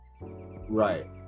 right